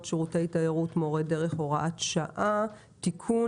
שירותי תיירות (מורי דרך) (הוראת שעה) (תיקון),